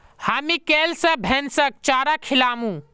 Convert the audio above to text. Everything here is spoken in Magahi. हामी कैल स भैंसक चारा खिलामू